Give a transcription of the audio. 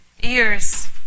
Ears